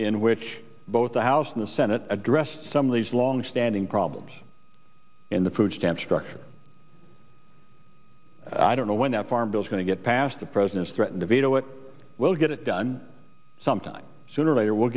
in which both the house and the senate addressed some of these longstanding problems in the food stamp structure i don't know when the farm bill is going to get passed the president's threaten to veto it we'll get it done sometime sooner or later we'll